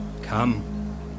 Come